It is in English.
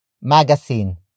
magazine